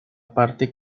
parte